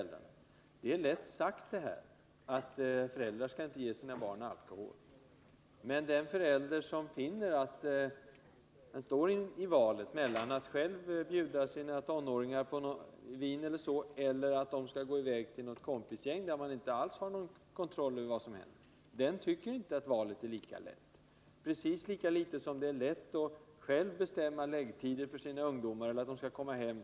Det är lätt sagt att föräldrar inte skall ge sina barn alkohol, men den förälder som står i valet mellan att själv bjuda sina tonåringar på t.ex. vin och att de skall ge sig i väg till något kompisgäng, där man inte alls har någon kontroll över vad som händer, den föräldern tycker inte att situationen är enkel. Precis lika litet som det är lätt att själv bestämma den tid då ens ungdomar skall vara hemma på kvällen.